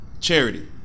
charity